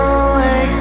away